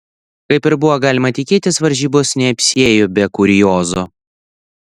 kaip ir buvo galima tikėtis varžybos neapsiėjo be kuriozų